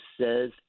says